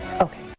Okay